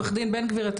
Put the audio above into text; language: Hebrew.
חבר הכנסת בן גביר.